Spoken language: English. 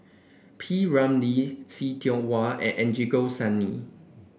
P Ramlee See Tiong Wah and Angelo Sanelli